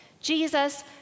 Jesus